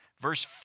Verse